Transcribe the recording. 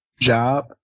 job